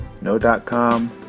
No.com